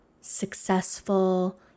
successful